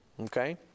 Okay